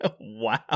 Wow